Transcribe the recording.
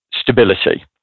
stability